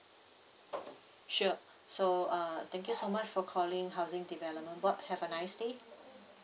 sure so uh thank you so much for calling housing development board have a nice day